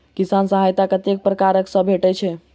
किसान सहायता कतेक पारकर सऽ भेटय छै?